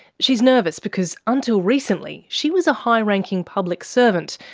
she's nervous because until recently she was a high-ranking public servant,